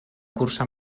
cursa